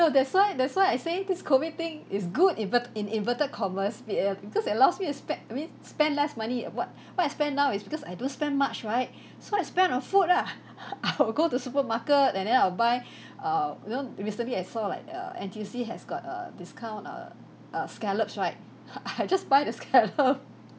that's why that's why I say this COVID thing is good inver~ in inverted commas b~ uh because it allows me to spend we spend less money what what I spend now is because I don't spend much right so I spend on food ah I will go to supermarket and then I will buy err you know recently I saw like err N_T_U_C has got err discount err uh scallops right I just buy the scallop